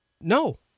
No